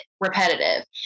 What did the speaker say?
repetitive